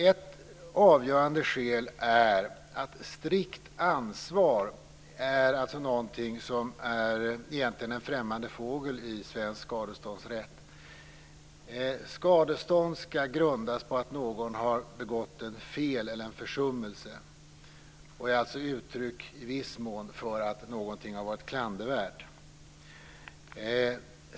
Ett avgörande skäl är att strikt ansvar egentligen är en främmande fågel i svensk skadeståndsrätt. Skadestånd skall grundas på att någon har begått ett fel eller en försummelse. Det är alltså i viss mån ett uttryck för att någonting har varit klandervärt.